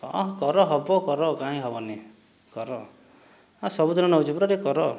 ହଁ କର ହେବ କର କାହିଁକି ହେବନି କର ଆଉ ସବୁଦିନେ ନେଉଛି ପରା ଟିକିଏ କର